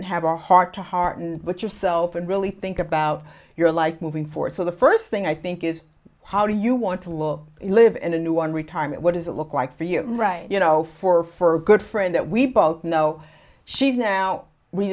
and have a heart to heart and with yourself and really think about your life moving forward so the first thing i think is how do you want to look live in a new one retirement what does it look like for you right you know for for a good friend that we both know she's now we